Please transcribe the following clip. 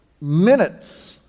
minutes